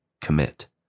commit